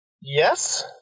yes